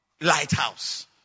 Lighthouse